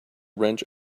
wrench